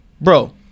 bro